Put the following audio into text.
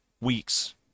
weeks